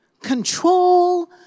control